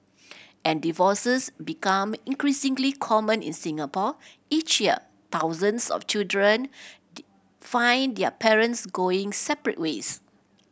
and divorces become increasingly common in Singapore each year thousands of children find their parents going separate ways